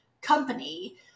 company